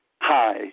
Hi